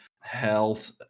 health